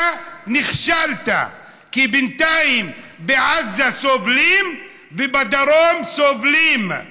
אתה נכשלת, כי בינתיים בעזה סובלים ובדרום סובלים.